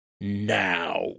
Now